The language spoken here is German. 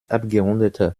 abgerundeter